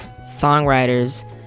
songwriters